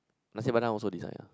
Nasi-Padang also this sign ah